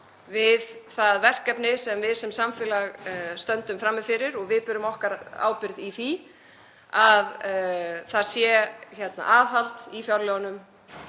við það verkefni sem við sem samfélag stöndum frammi fyrir. Við berum okkar ábyrgð í því að það sé aðhald í fjárlögunum